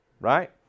right